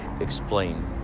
explain